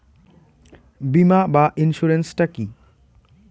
বিমা বা ইন্সুরেন্স টা কি?